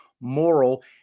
moral